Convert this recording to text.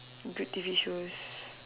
good T_V shows